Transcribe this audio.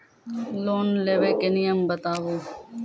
Loan लेबे के नियम बताबू?